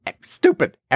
stupid